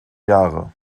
jahre